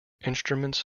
instruments